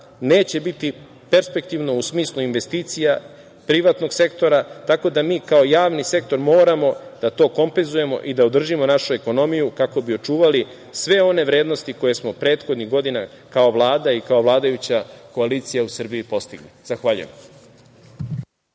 neće biti perspektivno u smislu investicija, privatnog sektora, tako da mi kao javni sektor moramo da to kompenzujemo i da održimo našu ekonomiju kako bi očuvali sve one vrednosti koje smo prethodnih godina, kao Vlada i kako vladajuća koalicija u Srbiji postigli. Zahvaljujem.